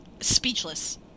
speechless